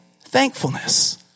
thankfulness